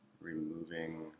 removing